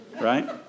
Right